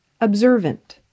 observant